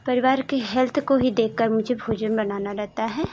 परिवार के हेल्थ को भी देख कर मुझे भोजन बनाना रहता है